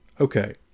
Okay